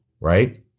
right